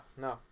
no